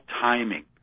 timing